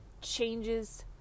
changes